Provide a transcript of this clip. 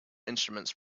instruments